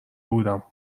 بودم